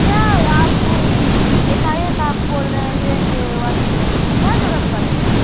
क्या आप हो एका एक आप बोल रहे हैं लेंगे वासिंग मसीन क्या जरूरत पड़ गया